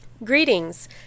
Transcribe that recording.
Greetings